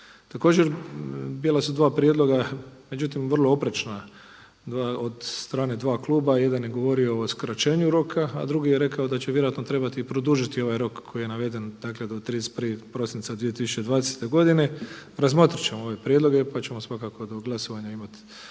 Također bila su dva prijedloga međutim vrlo oprečna od strane dva kluba, jedan je govorio o skraćenju roka, a drugi je rekao da će vjerojatno trebati produžiti ovaj rok koji je navede do 31. prosinca 2020. godine, razmotrit ćemo ove prijedloge pa ćemo svakako do glasovanja imati